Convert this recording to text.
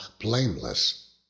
blameless